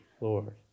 Lord